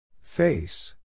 Face